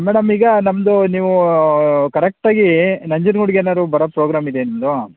madam ಈಗ ನಮ್ಮದು ನೀವು ಕರೆಕ್ಟಾಗಿ ನಂಜನ್ಗೂಡ್ಗೆ ಏನಾದ್ರು ಬರೋ ಪ್ರೋಗ್ರಾಮ್ ಇದೆಯಾ ನಿಮ್ಮದು